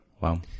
Wow